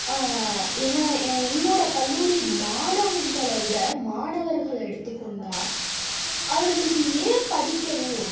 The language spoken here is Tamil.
ஏன்னால் என்னோடய கல்லூரி மாணவிகளை விட மாணவர்களை எடுத்துக்கொண்டால் அவர்களுக்கு ஏன் படிக்கணும்